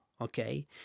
Okay